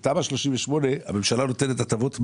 בתמ"א 38 הממשלה נותנת הטבות מס,